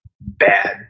bad